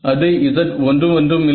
அது Z11 ம் இல்லை